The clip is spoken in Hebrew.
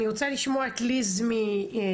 אני רוצה לשמוע את ליז מטיקטוק,